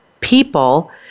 People